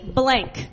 blank